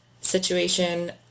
situation